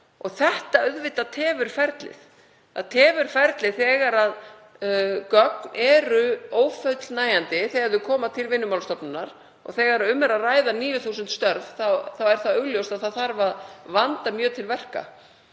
ferlið. Það tefur ferlið þegar gögn eru ófullnægjandi þegar þau koma til Vinnumálastofnunar og þegar um er að ræða 9.000 störf þá er augljóst að það þarf að vanda mjög til verka.